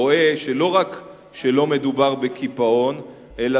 רואה שלא רק שלא מדובר בקיפאון אלא